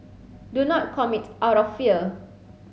do not commit out of fear